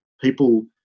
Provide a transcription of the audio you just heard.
people